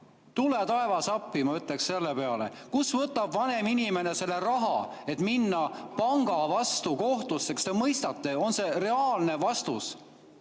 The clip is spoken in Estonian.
Tule taevas appi, ma ütleksin selle peale. Kust võtab vanem inimene selle raha, et minna panga vastu kohtusse? Kas te mõistate? On see reaalne vastus?